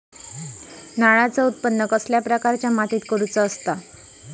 नारळाचा उत्त्पन कसल्या प्रकारच्या मातीत करूचा असता?